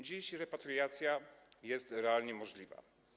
Dziś repatriacja jest realnie możliwa.